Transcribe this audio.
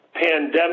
pandemic